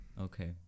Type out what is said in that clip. okay